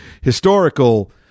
historical